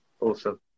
Awesome